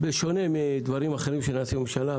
בשונה מדברים אחרים שנעשים בממשלה,